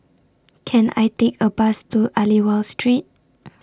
Can I Take A Bus to Aliwal Street